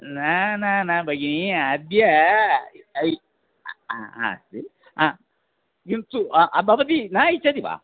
न न न भगिनि अद्य अयि नास्ति किन्तु भवती न इच्छति वा